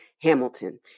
Hamilton